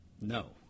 no